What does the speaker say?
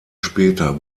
später